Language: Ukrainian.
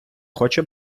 хоче